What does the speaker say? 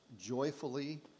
joyfully